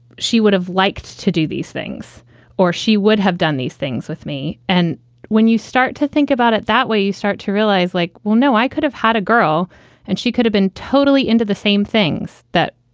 she would have liked to do these things or she would have done these things with me. and when you start to think about it that way, you start to realize like, well, no, i could have had a girl and she could have been totally into the same things that,